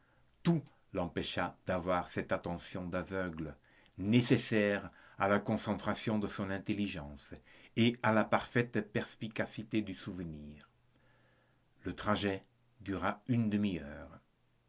l'empêcha d'avoir cette attention d'aveugle nécessaire à la concentration de son intelligence et à la parfaite perspicacité du souvenir le trajet dura une demi-heure